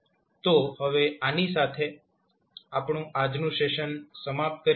તો હવે આની સાથે આપણે આપણું આજનું સેશન સમાપ્ત કરીએ છીએ